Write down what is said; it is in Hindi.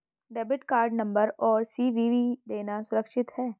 डेबिट कार्ड नंबर और सी.वी.वी देना सुरक्षित है?